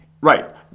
right